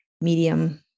medium